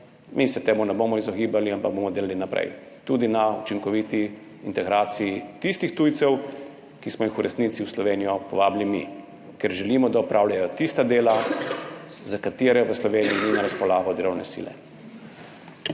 mi se temu ne bomo izogibali, ampak bomo delali naprej, tudi na učinkoviti integraciji tistih tujcev, ki smo jih v resnici v Slovenijo povabili mi, ker želimo, da opravljajo tista dela, za katera v Sloveniji ni na razpolago delovne sile.